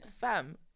fam